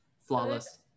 Flawless